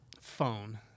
Phone